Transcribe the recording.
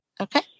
Okay